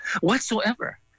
whatsoever